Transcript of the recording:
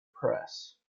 press